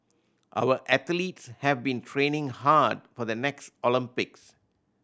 our athletes have been training hard for the next Olympics